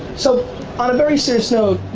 so on a very serious note,